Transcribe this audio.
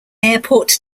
airport